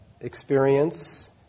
experience